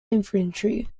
infantry